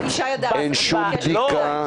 אין שום בדיקה לפח"ע בכניסות וביציאות.